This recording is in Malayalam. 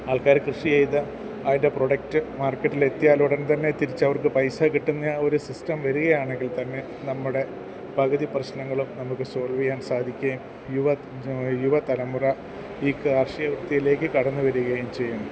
ആൾക്കാർ കൃഷി ചെയ്ത് അതിൻ്റെ പ്രോഡക്റ്റ് മാർക്കറ്റിൽ എത്തിയാലുടൻതന്നെ തിരിച്ചവർക്ക് പൈസ കിട്ടുന്ന ആ ഒരു സിസ്റ്റം വരികയാണെങ്കിൽത്തന്നെ നമ്മുടെ പകുതി പ്രശ്നങ്ങളും നമുക്ക് സോൾവ് ചെയ്യാൻ സാധിക്കുകയും യുവ യുവതലമുറ ഈ കാർഷികവൃത്തിയിലേക്ക് കടന്നുവരികയും ചെയ്യും